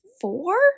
four